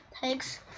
takes